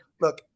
look